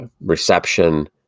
reception